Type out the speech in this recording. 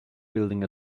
building